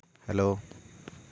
hello